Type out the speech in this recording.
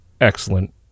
excellent